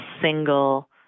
single